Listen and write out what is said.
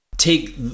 take